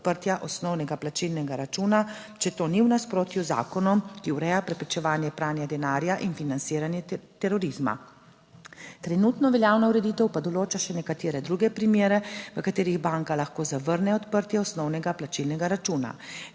odprtja osnovnega plačilnega računa, če to ni v nasprotju z zakonom, ki ureja preprečevanje pranja denarja in financiranje terorizma. Trenutno veljavna ureditev pa določa še nekatere druge primere, v katerih banka lahko zavrne odprtje osnovnega plačilnega računa.